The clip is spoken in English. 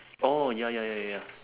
oh ya ya ya ya ya